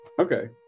okay